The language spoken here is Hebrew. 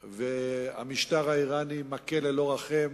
והמשטר האירני מכה ללא רחם,